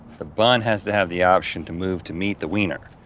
the bun has to have the option to move to meet the wiener.